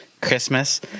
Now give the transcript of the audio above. Christmas